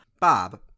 Bob